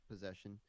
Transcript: possession